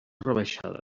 rebaixada